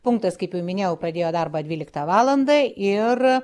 punktas kaip jau minėjau pradėjo darbą dvyliktą valandą ir